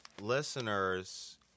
listeners